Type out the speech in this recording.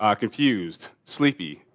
ah confused, sleepy,